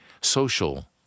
social